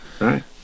right